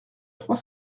trois